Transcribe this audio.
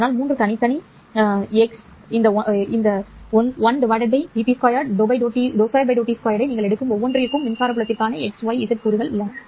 அதனால் மூன்று தனித்தனி x இந்த 1 vp2 ∂t∂2 2 ஐ நீங்கள் எடுக்கும் ஒவ்வொன்றிற்கும் மின்சார புலத்திற்கான y z கூறுகள் சரி